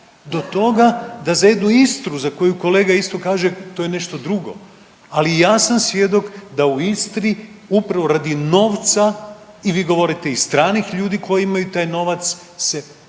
do toga da za jednu Istru za koju kolega isto kaže to je nešto drugo, ali i ja sam svjedok da u Istri upravo radi novca i vi govorite i stranih ljudi koji imaju taj novac se potpuno